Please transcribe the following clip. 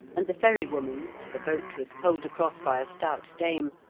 and the ferrywoman, for the boat was poled across by a stout dame,